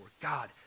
God